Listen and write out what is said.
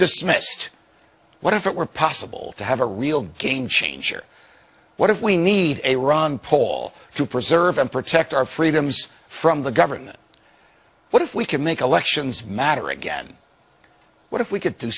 dismissed what if it were possible to have a real game changer what if we need a ron paul to preserve and protect our freedoms from the government what if we could make elections matter again what if we could do